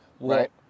Right